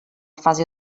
fase